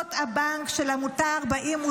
חשבונות הבנק של עמותה 48',